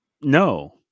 No